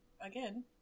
again